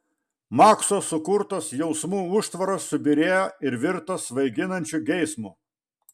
makso sukurtos jausmų užtvaros subyrėjo ir virto svaiginančiu geismu